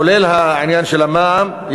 כולל העניין של המע"מ,